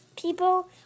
people